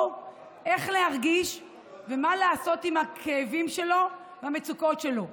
איך להרגיש ומה לעשות עם הכאבים שלו והמצוקות שלו.